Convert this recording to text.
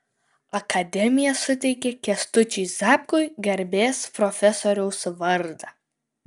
akademija suteikė kęstučiui zapkui garbės profesoriaus vardą